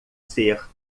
ser